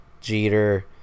Jeter